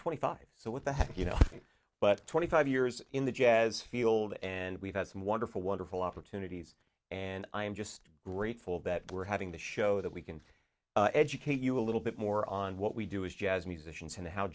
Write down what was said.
twenty five so what the heck you know but twenty five years in the jazz field and we've had some wonderful wonderful opportunities and i'm just grateful that we're having to show that we can educate you a little bit more on what we do is jazz musicians and how